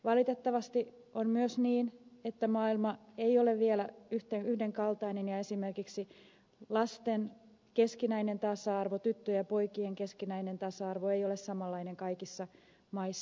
valitettavasti on myös niin että maailma ei ole vielä yhdenkaltainen ja esimerkiksi lasten keskinäinen tasa arvo tyttöjen ja poikien keskinäinen tasa arvo ei ole samanlainen kaikissa maissa